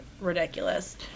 ridiculous